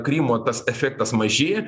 krymo tas efektas mažėja